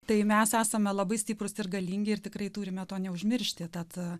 tai mes esame labai stiprūs ir galingi ir tikrai turime to neužmiršti tad